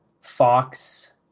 Fox